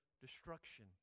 destruction